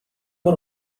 بار